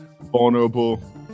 vulnerable